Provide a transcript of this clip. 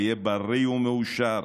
היה בריא ומאושר.